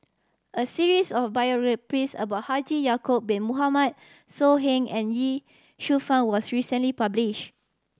a series of biographies about Haji Ya'acob Bin Mohamed So Heng and Ye Shufang was recently published